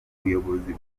ubuyobozi